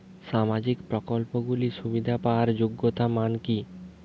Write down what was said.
সামাজিক প্রকল্পগুলি সুবিধা পাওয়ার যোগ্যতা মান কি?